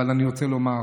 אבל אני רוצה לומר,